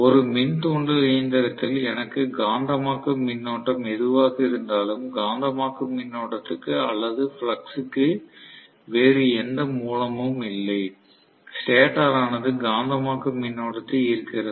ஒரு மின் தூண்டல் இயந்திரத்தில் எனக்கு காந்தமாக்கும் மின்னோட்டம் எதுவாக இருந்தாலும் காந்தமாக்கும் மின்னோட்டத்துக்கு அல்லது ஃப்ளக்ஸ் க்கு வேறு எந்த மூலமும் இல்லை ஸ்டேட்டர் ஆனது காந்தமாக்கும் மின்னோட்டத்தை ஈர்க்கிறது